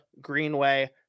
Greenway